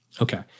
Okay